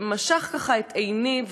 שמשך את עיני,